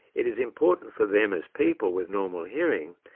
it is important for them as people with normal hearing,